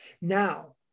Now